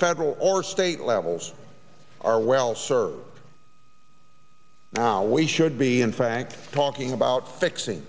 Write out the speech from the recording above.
federal or state levels are well served now we should be in fact talking about fixing